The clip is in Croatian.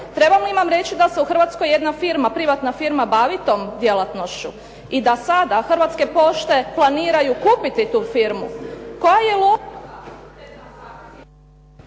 Trebam li vam reći da se u Hrvatskoj jedna firma, privatna firma bavi tom djelatnošću i da sada Hrvatske pošte planiraju kupiti tu firmu …/Govornica